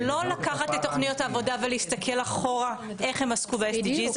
זה לא לקחת את תוכניות העבודה ולהסתכל אחורה איך הן עסקו ב-SDG,